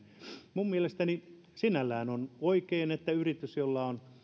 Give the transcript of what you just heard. minun mielestäni sinällään on oikein että yritys jolla on